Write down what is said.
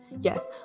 Yes